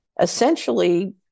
essentially